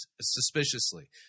suspiciously